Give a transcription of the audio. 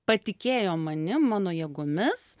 patikėjo manim mano jėgomis